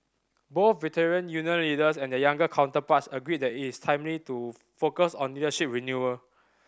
both Veteran Union leaders and their younger counterparts agreed that it is timely to focus on leadership renewal